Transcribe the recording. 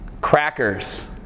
Crackers